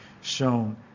shown